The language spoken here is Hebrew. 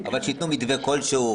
אבל שייתנו מתווה כלשהו,